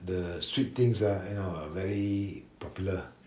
the sweet things are you know very popular